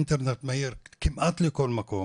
אינטרנט מהיר כמעט לכל מקום.